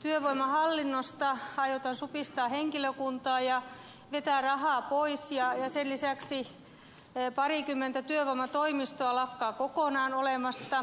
työvoimahallinnosta aiotaan supistaa henkilökuntaa ja vetää rahaa pois ja sen lisäksi parikymmentä työvoimatoimistoa lakkaa kokonaan olemasta